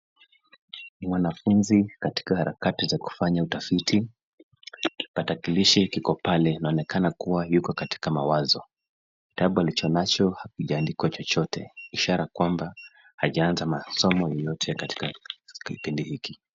Mwanafunzi katika harakati za kufanya utafiti, patakilishi kiko pale inaonekana kuwa yuko katika mawazo. Kitabu alicho nacho hakijaandikwa chochote, ishara kwamba hajaanza masomo yoyote katika kipindi hiki.